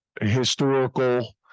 historical